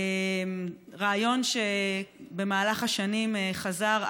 רעיון שבמהלך השנים חזר,